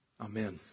Amen